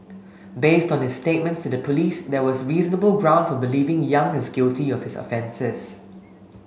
based on his statements to the police there was reasonable ground for believing Yang is guilty of his offences